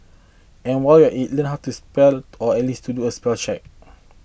and while you're it learn how to spell or at least to do a spell check